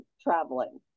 traveling